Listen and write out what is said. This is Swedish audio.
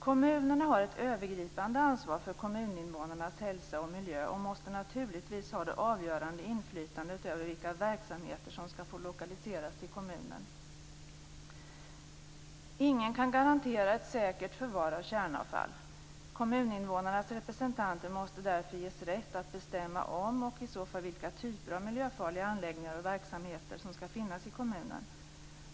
Kommunerna har ett övergripande ansvar för kommuninvånarnas hälsa och miljö och måste naturligtvis ha det avgörande inflytandet över vilka verksamheter som skall få lokaliseras till kommunen. Ingen kan garantera ett säkert förvar av kärnavfall. Kommuninvånarnas representanter måste därför ges rätt att bestämma om miljöfarliga anläggningar och verksamheter skall finnas i kommunen, och i så fall vilka typer.